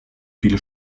viele